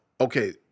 Okay